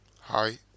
hi